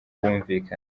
bumvikana